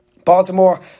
Baltimore